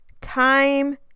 time